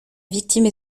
victime